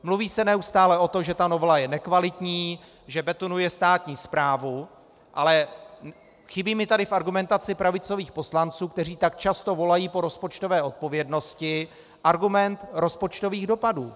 Mluví se neustále o tom, že novela je nekvalitní, že betonuje státní správu, ale chybí mi tady v argumentaci pravicových poslanců, kteří tak často volají po rozpočtové odpovědnosti, argument rozpočtových dopadů.